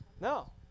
No